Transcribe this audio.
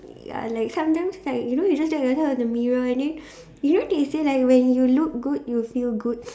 ya like sometimes like you know you just check yourself in the mirror and then you know they say like when you look good you'll feel good